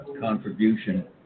contribution